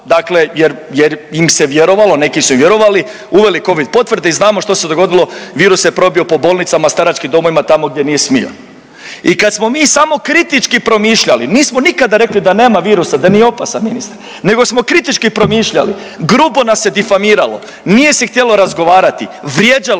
dakle jer im se vjerovalo, neki su im vjerovali uveli Covid potvrde i znamo što se dogodio virus se probio po bolnicama, staračkim domovima tamo gdje nije smio. I kad smo mi samo kritički promišljali nismo nikada rekli da nema virusa, da nije opasan virus nego smo kritički promišljali grubo nas se difamiralo, nije se htjelo razgovarati, vrijeđalo